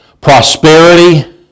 prosperity